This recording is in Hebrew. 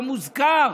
לא מוזכר.